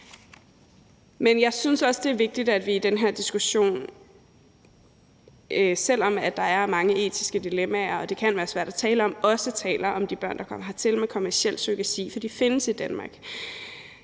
Men jeg synes også, det er vigtigt, at vi i den her diskussion – selv om der er mange etiske dilemmaer og det kan være svært at tale om – også taler om de børn, der kommer hertil ved kommerciel surrogati, for de findes i Danmark.